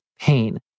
pain